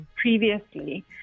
previously